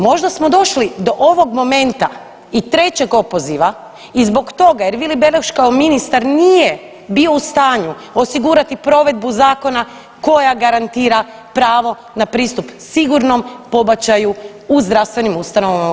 Možda smo došli do ovog momenta i trećeg opoziva i zbog toga jer Vili Beroš kao ministar nije bio u stanju osigurati provedbu zakona koja garantira pravo na pristup sigurnom pobačaju u zdravstvenim ustanovama u RH.